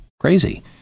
crazy